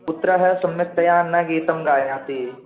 पुत्रः सम्यक् तया न गीतम् गायति